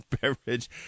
beverage